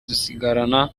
dusigarana